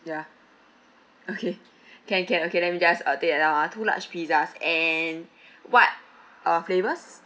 ya okay can can okay let me just uh take it down ah two large pizzas and what uh flavours